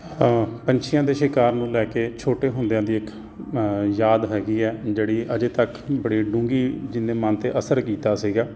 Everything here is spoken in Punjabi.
ਹਾਂ ਪੰਛੀਆਂ ਦੇ ਸ਼ਿਕਾਰ ਨੂੰ ਲੈ ਕੇ ਛੋਟੇ ਹੁੰਦਿਆਂ ਦੀ ਇੱਕ ਯਾਦ ਹੈਗੀ ਹੈ ਜਿਹੜੀ ਅਜੇ ਤੱਕ ਬੜੀ ਡੂੰਘੀ ਜਿਹਨੇ ਮਨ 'ਤੇ ਅਸਰ ਕੀਤਾ ਸੀਗਾ